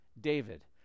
David